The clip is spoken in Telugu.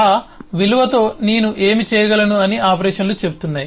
ఆ విలువతో నేను ఏమి చేయగలను అని ఆపరేషన్లు చెబుతున్నాయి